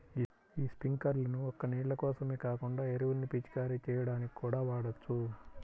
యీ స్పింకర్లను ఒక్క నీళ్ళ కోసమే కాకుండా ఎరువుల్ని పిచికారీ చెయ్యడానికి కూడా వాడొచ్చు